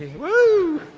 whoo!